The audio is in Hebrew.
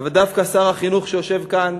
אבל דווקא שר החינוך, שיושב כאן,